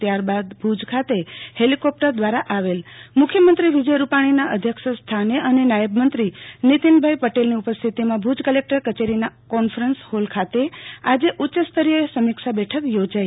ત્યારબાદ ભુજ ખાતે હેલીકોપ્ટર દવારા આવેલ ત્યારબાદ મુખ્યમંત્રી વિજય રૂપાણીના અધ્યક્ષ સ્થાને અને નાયબ મંત્રી નિતિન પટેલની ઉપસ્થિતિમાં ભુજ કલેકઠર કચેરીના કોન્ફરન્સ હોલ ખાતે આજે ઉચ્ચસ્તરીય સમીક્ષા બેઠક યોજાઈ